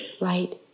right